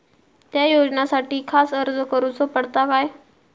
त्या योजनासाठी खास अर्ज करूचो पडता काय?